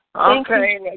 Okay